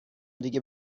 دیگه